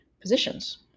positions